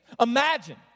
Imagine